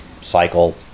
cycle